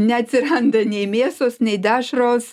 neatsiranda nei mėsos nei dešros